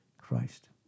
Christ